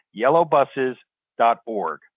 yellowbuses.org